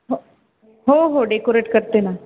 हो हो हो डेकोरेट करते ना